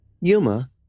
Yuma